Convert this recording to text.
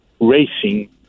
racing